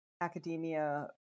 academia